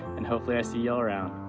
and hopefully i see y'all around.